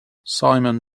simon